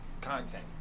content